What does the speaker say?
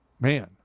man